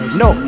no